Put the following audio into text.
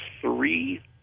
three